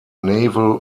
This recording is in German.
naval